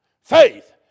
Faith